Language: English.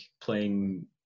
playing